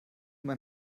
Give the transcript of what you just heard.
mein